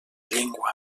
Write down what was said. llengua